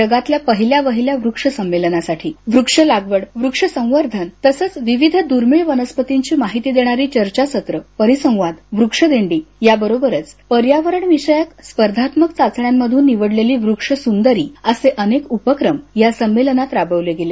जगातल्यापहिल्या वहिल्या वृक्ष समेलनासाठी वृक्ष लागवड वृक्ष सवर्धन तसंच विविधदर्मिळ वनस्पतींची माहिती देणारी चर्चासत्र परिसवाद वृक्षदिंडी याबरोबरचपर्यावरण विषयक स्पर्धात्मक चाचण्यामधून निवडलेली वृक्ष सुदरी असे अनेक उपक्रमया संमेलनात राबवले गेले